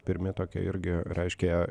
pirmi tokie irgi reiškia